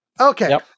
Okay